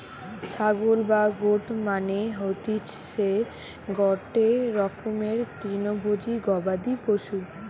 ছাগল বা গোট মানে হতিসে গটে রকমের তৃণভোজী গবাদি পশু